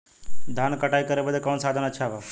धान क कटाई करे बदे कवन साधन अच्छा बा?